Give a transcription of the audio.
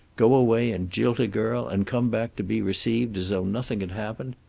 go away and jilt a girl, and come back to be received as though nothing had happened?